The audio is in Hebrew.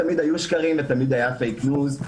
תמיד היו שקרים ותמיד היו "פייק ניוז"